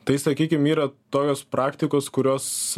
tai sakykim yra tokios praktikos kurios